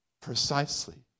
Precisely